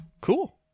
cool